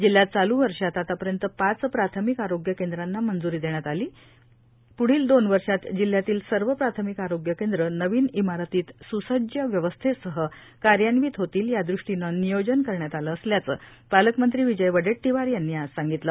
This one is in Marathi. जिल्ह्यात चालू वर्षात आतापर्यंत पाच प्राथमिक आरोग्य केंद्रांना मंज्री देण्यात आली असून प्ढील दोन वर्षात जिल्ह्यातील सर्व प्राथमिक आरोग्य केंद्र नवीन इमारतीत सुसज्य व्यवस्थेसह कार्यान्वित होतील यादृष्टीनं नियोजन करण्यात आलं असल्याचं पालकमंत्री विजय वडेट्टीवार यांनी आज सांगितलं